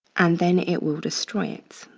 and then it will destroy it.